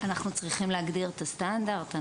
אנחנו צריכים להגדיר את הסטנדרט.